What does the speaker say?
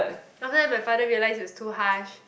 after that my father realised he was too harsh